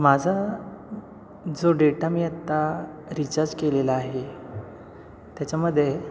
माझा जो डेटा मी आत्ता रिचाज केलेला आहे त्याच्यामध्ये